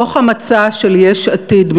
מתוך המצע של יש עתיד,